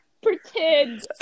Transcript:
pretend